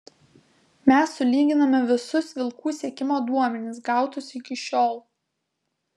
mes sulyginame visus vilkų sekimo duomenis gautus iki šiol